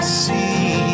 see